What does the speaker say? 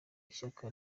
ishyaka